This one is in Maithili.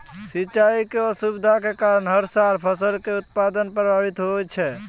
सिंचाई के असुविधा के कारण हर साल फसल के उत्पादन प्रभावित होय छै